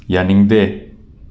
ꯌꯥꯅꯤꯡꯗꯦ